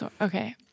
Okay